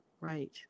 Right